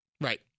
Right